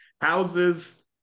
houses